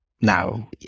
now